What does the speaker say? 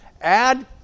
Add